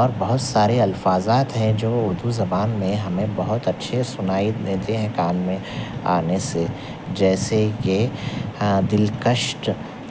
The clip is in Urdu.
اور بہت سارے الفاظات ہیں جو اردو زبان میں ہمیں بہت اچھے سنائی دیتے ہیں کان میں آنے سے جیسے یہ دلکش